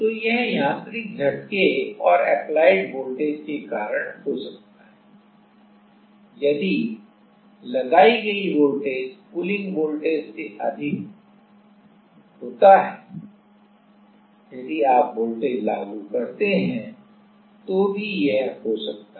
तो यह यांत्रिक झटके और एप्लाइड वोल्टेज के कारण हो सकता है यदि लगाई गयी वोल्टेज पुलिंग वोल्टेज से अधिक होता है यदि आप वोल्टेज लागू करते हैं तो भी यह हो सकता है